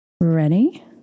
Ready